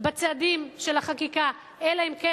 בצעדים של החקיקה אלא אם כן,